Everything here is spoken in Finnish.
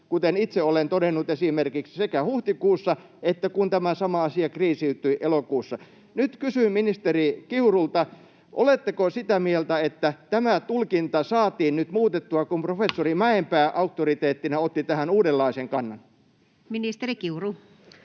kuten itse olen todennut esimerkiksi huhtikuussa sekä elokuussa, kun tämä sama asia kriisiytyi. Nyt kysyn ministeri Kiurulta: oletteko sitä mieltä, että tämä tulkinta saatiin nyt muutettua, kun professori Mäenpää auktoriteettina otti tähän uudenlaisen kannan? [Speech 83]